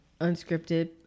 unscripted